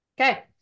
Okay